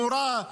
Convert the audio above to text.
מורה,